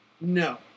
No